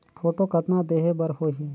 Photo कतना देहें बर होहि?